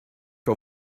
que